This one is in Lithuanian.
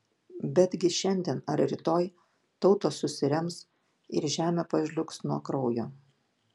betgi šiandien ar rytoj tautos susirems ir žemė pažliugs nuo kraujo